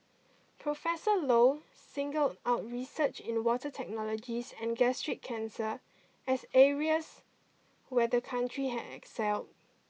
Professor Low singled out research in water technologies and gastric cancer as areas where the country had excelled